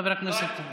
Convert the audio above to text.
חבר הכנסת.